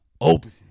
open